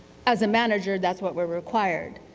as a manager, that's what we are required,